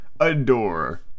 Adore